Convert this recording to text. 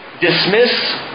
Dismiss